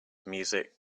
music